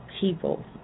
people